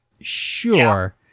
Sure